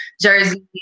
jersey